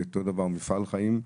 ואותו דבר מפעל חיים.